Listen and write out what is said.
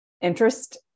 interest